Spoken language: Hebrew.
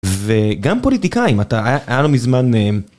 וגם פוליטיקאים, אתה, היה לא מזמן...